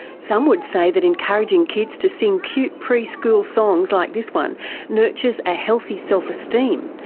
some would say that encouraging kids to sing cute preschool songs like this one nurtures a healthy self-esteem,